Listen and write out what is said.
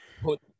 put